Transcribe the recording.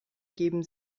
geben